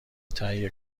تهیه